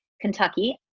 Kentucky